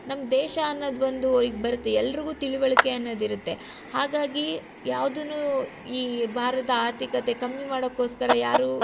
ನಮ್ಮ ದೇಶ ಅನ್ನೋದು ಒಂದು ಅವ್ರಿಗೆ ಬರುತ್ತೆ ಎಲ್ರಿಗೂ ತಿಳುವಳಿಕೆ ಅನ್ನೋದು ಇರುತ್ತೆ ಹಾಗಾಗಿ ಯಾವ್ದೂ ಈ ಭಾರತರದ ಆರ್ಥಿಕತೆ ಕಮ್ಮಿ ಮಾಡೋಕೋಸ್ಕರ ಯಾರೂ